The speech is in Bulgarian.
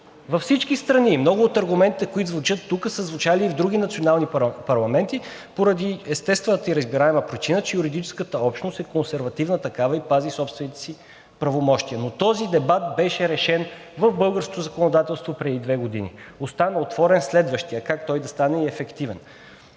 във всички страни и много от аргументите, които звучат тук, са звучали и в други национални парламенти поради естествената и разбираема причина, че юридическата общност е консервативна такава и пази собствените си правомощия. Но този дебат беше решен в българското законодателство преди две години. Остана отворен следващият: как той да стане и ефективен.